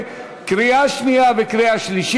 חוק ומשפט להכנתה לקריאה שנייה ושלישית,